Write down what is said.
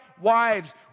wives